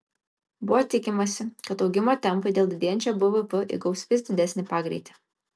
buvo tikimasi kad augimo tempai dėl didėjančio bvp įgaus vis didesnį pagreitį